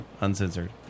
uncensored